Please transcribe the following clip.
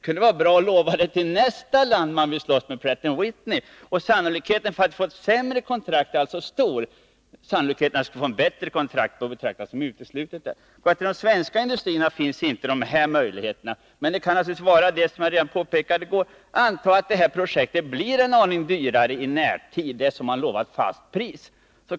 Det kan vara bra att spara eftergifterna till förhandlingar med nästa land där det gäller att slåss med Pratt & Whitney. Sannolikheten för att vi skulle få ett sämre kontrakt är stor. Att vi skulle få ett bättre kontrakt för motorn får betraktas som uteslutet. Som jag påpekade redan i går, får industrin betala om projektet blir dyrare i närtid, eftersom man lovat fast pris.